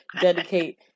dedicate